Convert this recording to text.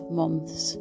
months